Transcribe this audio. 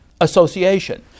association